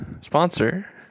sponsor